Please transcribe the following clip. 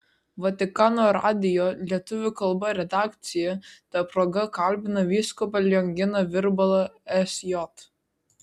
vatikano radijo lietuvių kalba redakcija ta proga kalbina vyskupą lionginą virbalą sj